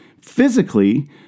physically